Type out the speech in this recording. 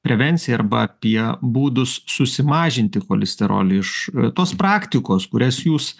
prevenciją arba apie būdus susimažinti cholesterolį iš tos praktikos kurias jūs